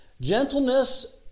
Gentleness